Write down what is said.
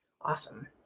Awesome